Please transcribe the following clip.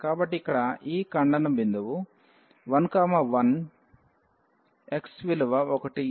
కాబట్టి ఇక్కడ ఈ ఖండన భిందువు 11 x విలువ 1